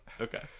okay